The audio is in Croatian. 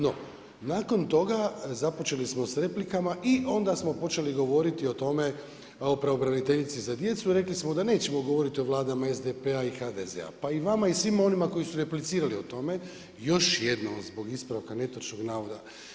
No nakon toga započeli smo sa replikama i onda smo počeli govoriti o pravobraniteljici za djecu i rekli smo da nećemo govoriti o Vladama SDP-a i HDZ-a. pa i vama svima onima koji su replicirali o tome, još jedno zbog ispravka netočnog navoda.